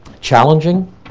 challenging